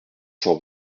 cent